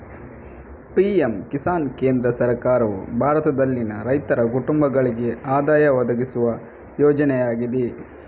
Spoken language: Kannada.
ಪಿ.ಎಂ ಕಿಸಾನ್ ಕೇಂದ್ರ ಸರ್ಕಾರವು ಭಾರತದಲ್ಲಿನ ರೈತರ ಕುಟುಂಬಗಳಿಗೆ ಆದಾಯ ಒದಗಿಸುವ ಯೋಜನೆಯಾಗಿದೆ